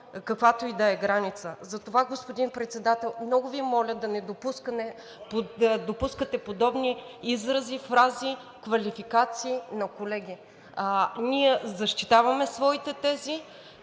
каквато и да е граница. Затова, господин Председател, много Ви моля да не допускате подобни изрази, фрази, квалификации на колеги. Ние защитаваме своите тези,